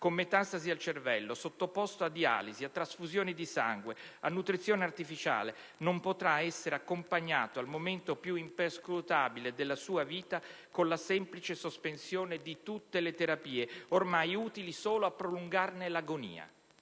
con metastasi al cervello, sottoposto alla dialisi, a trasfusioni di sangue e alla nutrizione artificiale, non potrà essere accompagnato al momento più imperscrutabile della sua vita con la semplice sospensione di tutte le terapie, ormai utili solo a prolungarne l'agonia.